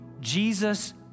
Jesus